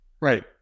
right